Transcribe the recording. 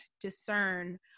discern